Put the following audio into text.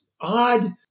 odd